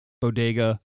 bodega